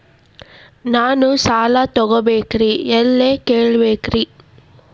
ನಾನು ಸಾಲ ತೊಗೋಬೇಕ್ರಿ ಎಲ್ಲ ಕೇಳಬೇಕ್ರಿ?